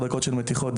מתיחות,